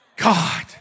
God